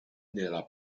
della